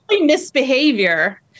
Misbehavior